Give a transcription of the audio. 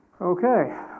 Okay